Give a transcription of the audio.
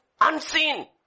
unseen